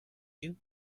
you